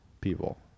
people